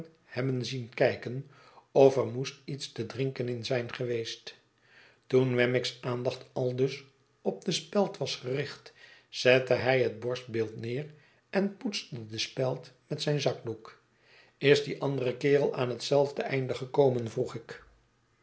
hebben zien kijken of er moest iets te drinken in zijn geweest toen wemmick's aandacht aldus op de speld was gericht zette hij het borstbeeld neer en poetste de speld met zijn zakdoek is die andere kerel aan hetzelfde einde gekomen vroeg ik